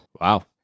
Wow